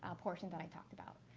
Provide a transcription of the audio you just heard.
ah portion that i talked about.